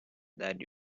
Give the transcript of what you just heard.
that